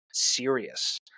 Serious